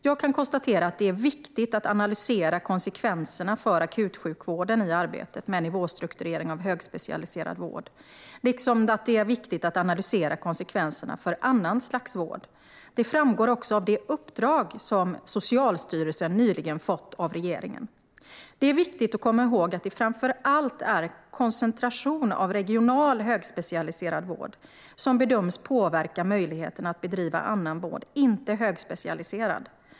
Jag kan konstatera att det är viktigt att analysera konsekvenserna för akutsjukvården i arbetet med nivåstrukturering av högspecialiserad vård, liksom det är viktigt att analysera konsekvenserna för annan sorts vård. Det framgår också av det uppdrag som Socialstyrelsen nyligen fått av regeringen. Det är viktigt att komma ihåg att det framför allt är koncentration av regional högspecialiserad vård som bedöms påverka möjligheterna att bedriva annan vård som inte är högspecialiserad.